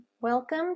welcome